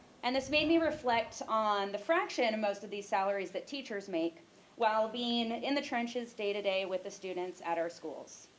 and this made me reflect on the fraction of most of these salaries that teachers make while being in the trenches day to day with the students at our schools.